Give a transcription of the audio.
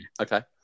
Okay